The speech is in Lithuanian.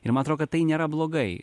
ir man atrodo kad tai nėra blogai